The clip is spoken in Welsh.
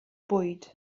bwyd